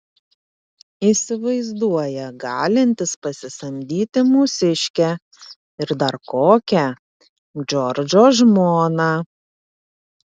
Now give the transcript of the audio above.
įsivaizduoja galintis pasisamdyti mūsiškę ir dar kokią džordžo žmoną